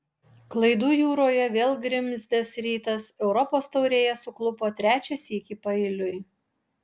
klaidų jūroje vėl grimzdęs rytas europos taurėje suklupo trečią sykį paeiliui